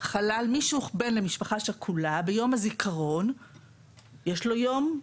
לבן למשפחה שכולה יש ביום הזיכרון חופש,